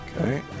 Okay